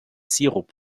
sirup